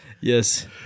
Yes